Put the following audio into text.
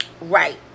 Right